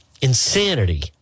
Insanity